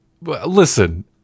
listen